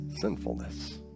sinfulness